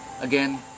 Again